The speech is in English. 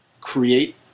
create